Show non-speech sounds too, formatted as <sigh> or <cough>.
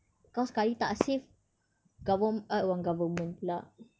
cause sekali tak save <noise> govern~ eh uh government <noise> pula